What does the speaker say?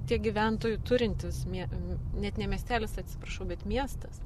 tiek gyventojų turintis mie net ne miestelis atsiprašau bet miestas